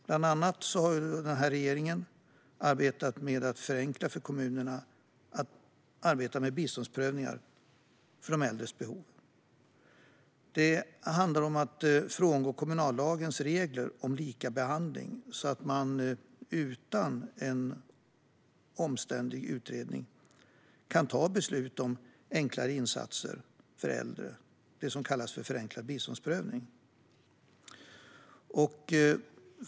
Bland annat har regeringen arbetat med att förenkla för kommunerna att arbeta med biståndsprövningar när det gäller de äldres behov. Det handlar om att kunna frångå kommunallagens regler om likabehandling, så att man utan en omständlig utredning kan ta beslut om enklare insatser för äldre, det vill säga det som kallas för förenklad biståndsprövning.